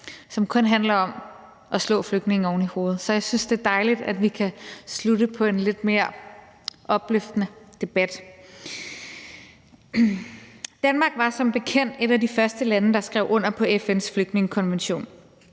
som kun handler om at slå flygtninge oven i hovedet. Så jeg synes, det er dejligt, at vi kan slutte på en lidt mere opløftende debat. Danmark var som bekendt et af de første lande, der skrev under på FN's flygtningekonvention.